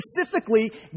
specifically